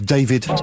David